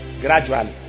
gradually